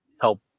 help